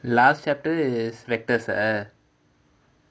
last chapter is vectors ah